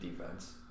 defense